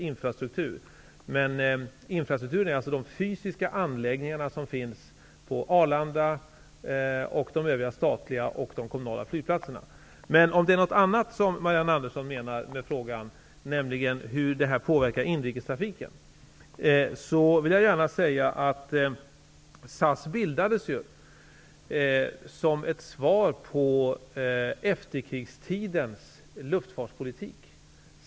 Infrastrukturen utgörs i det här fallet av de fysiska anläggningar som finns på Arlanda och på övriga statliga och kommunala flygplatser. Men om Marianne Andersson med sin fråga vill veta hur det här påverkar inrikestrafiken, vill jag gärna säga att SAS bildades som ett svar på efterkrigstidens luftfartspolitik.